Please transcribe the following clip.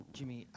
Jimmy